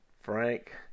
Frank